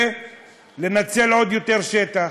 ולנצל עוד יותר שטח.